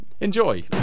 Enjoy